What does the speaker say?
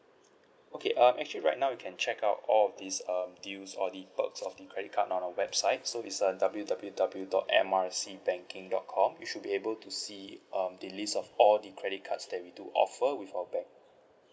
okay um actually right now you can check out all of these um deals or the perks of the credit card on our website so it's uh W_W_W dot M R C banking dot com you should be able to see um the list of all the credit cards that we do offer with our bank